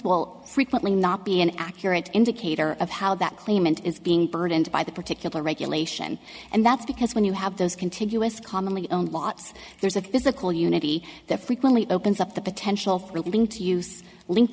will frequently not be an accurate indicator of how that claimant is being burdened by that particular regulation and that's because when you have those contiguous commonly owned lots there's a physical unity that frequently opens up the potential for willing to use lin